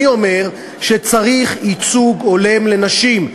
אני אומר שצריך ייצוג הולם לנשים.